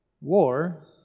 war